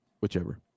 whichever